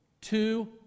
Two